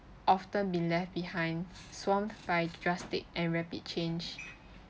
often been left behind swamped by drastic and rapid change